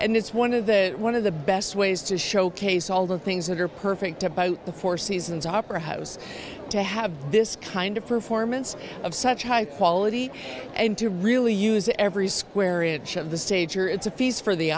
and it's one of the one of the best ways to showcase all the things that are perfect about the four seasons opera house to have this kind of performance of such high quality and to really use every square inch of the stage or it's a fees for the